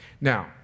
Now